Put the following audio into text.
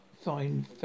fine